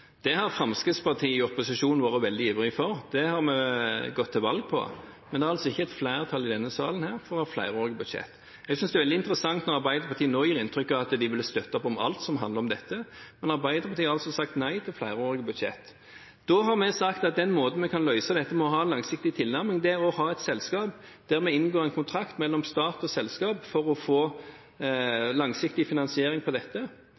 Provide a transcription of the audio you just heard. Det har Fremskrittspartiet i opposisjon vært veldig ivrig for, det har vi gått til valg på. Men det er altså ikke et flertall i denne salen for å ha flerårige budsjetter. Jeg synes det er veldig interessant når Arbeiderpartiet nå gir inntrykk av at de vil støtte opp om alt som handler om dette, men Arbeiderpartiet har altså sagt nei til flerårige budsjetter. Da har vi sagt at den måten vi kan løse dette med å ha en langsiktig tilnærming på, er å ha et selskap der vi inngår en kontrakt mellom stat og selskap for å få langsiktig finansiering av dette – hvis vi hadde gjort om på